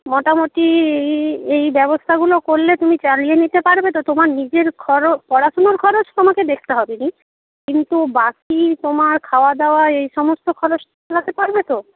মোটামুটি এই এই ব্যবস্থাগুলো করলে তুমি চালিয়ে নিতে পারবে তো তোমার নিজের পড়াশুনোর খরচ তোমাকে দেখতে হবে না কিন্তু বাকি তোমার খাওয়া দাওয়া এই সমস্ত খরচ চালাতে পারবে তো